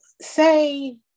say